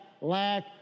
lack